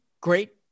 great